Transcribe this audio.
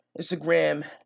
Instagram